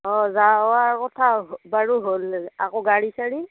অঁ যাৱাৰ কথা বাৰু হ'ল আকৌ গাড়ী চাড়ী